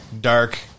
dark